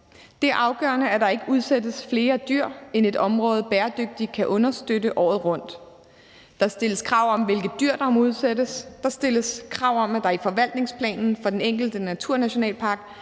Det er afgørende, at der ikke udsættes flere dyr, end et område bæredygtigt kan understøtte året rundt. Der stilles krav om, hvilke dyr der må udsættes, der stilles krav om, at der i forvaltningsplanen for den enkelte naturnationalpark